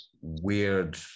weird